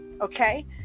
okay